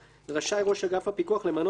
רשאי ראש אגף הפיקוח למנות אדם,